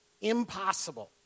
impossible